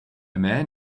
man